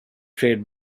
trade